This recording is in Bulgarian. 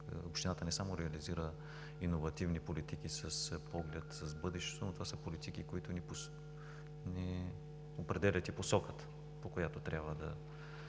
общината не само реализира иновативни политики с поглед към бъдещето, но това са политики, които определят и посоката, към която трябва да